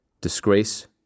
disgrace